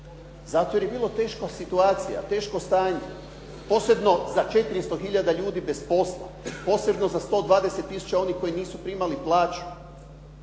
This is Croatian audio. Zato jer je bila teška situacija, teško stanje, posebno za 400 tisuća ljudi bez posla, posebno za 120 tisuća onih koji nisu primali plaću.